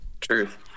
truth